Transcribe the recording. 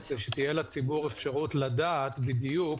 היא שתהיה לציבור אפשרות לדעת בדיוק